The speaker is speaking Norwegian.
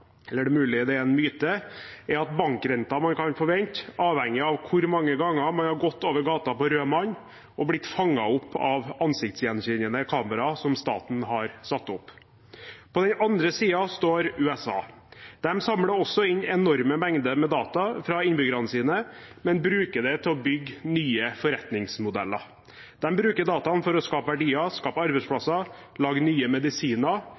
det er mulig det er en myte – er at bankrenten man kan forvente, avhenger av hvor mange ganger man har gått over gata på rød mann og blitt fanget opp av ansiktsgjenkjennende kamera som staten har satt opp. På den andre siden står USA. De samler også inn enorme mengder med data fra innbyggerne sine, men bruker det til å bygge nye forretningsmodeller. De bruker dataene for å skape verdier, skape arbeidsplasser, lage nye medisiner